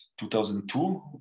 2002